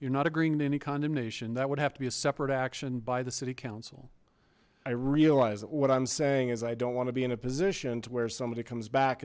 you're not agreeing to any condemnation that would have to be a separate action by the city council i realize what i'm saying is i don't want to be in a position to where somebody comes back